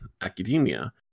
academia